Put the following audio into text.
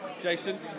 Jason